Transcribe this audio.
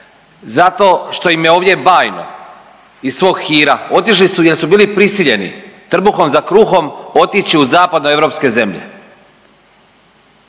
zato što im je ovdje bajno iz svog hira. Otišli su jer su bili prisiljeni trbuhom za kruhom otići u zapadnoeuropske zemlje.